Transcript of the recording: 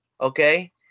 Okay